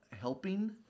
helping